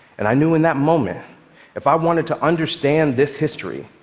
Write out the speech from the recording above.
and i knew in that moment if i wanted to understand this history,